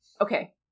Okay